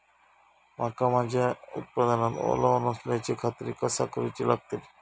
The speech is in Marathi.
मका माझ्या उत्पादनात ओलावो नसल्याची खात्री कसा करुची लागतली?